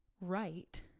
right